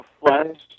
flesh